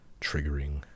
triggering